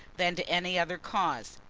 than to any other cause.